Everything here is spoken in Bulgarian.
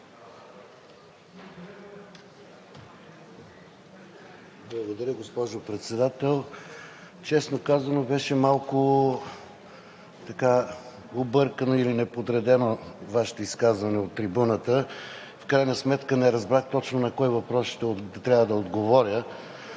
Благодаря, госпожо Председател. Честно казано, беше малко объркано или неподредено Вашето изказване от трибуната. В крайна сметка не разбрах точно на кой въпрос трябва да отговоря.